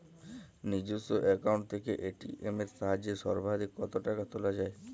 নিজস্ব অ্যাকাউন্ট থেকে এ.টি.এম এর সাহায্যে সর্বাধিক কতো টাকা তোলা যায়?